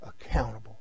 accountable